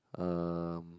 um